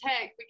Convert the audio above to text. Tech